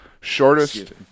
shortest